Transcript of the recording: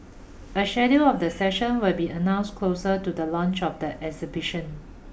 a schedule of the sessions will be announced closer to the launch of the exhibition